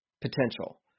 potential